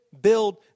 build